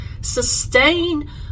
sustain